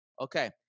Okay